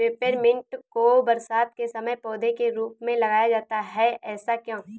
Peppermint को बरसात के समय पौधे के रूप में लगाया जाता है ऐसा क्यो?